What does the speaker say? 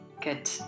Good